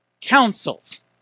councils